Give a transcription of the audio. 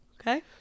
Okay